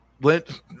let